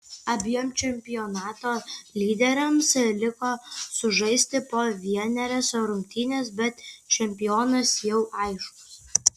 abiem čempionato lyderiams liko sužaisti po vienerias rungtynes bet čempionas jau aiškus